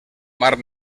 mar